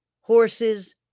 Horses